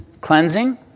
cleansing